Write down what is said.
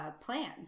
Plans